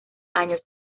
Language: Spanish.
años